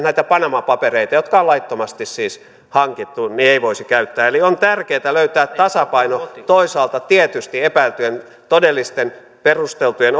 näitä panama papereita jotka on laittomasti siis hankittu ei voisi käyttää eli on tärkeätä löytää tasapaino toisaalta tietysti epäiltyjen todellisten perusteltujen